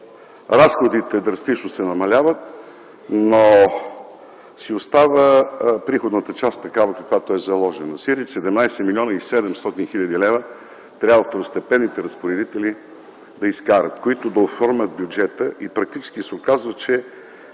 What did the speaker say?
разходите драстично се намаляват, но си остава приходната част такава, каквато е заложена – сиреч 17 млн. 700 хил. лв., трябва да изкарат второстепенните разпоредители, които да оформят бюджета, и практически се оказва, че